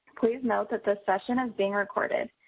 please note that this session is being recorded.